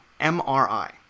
MRI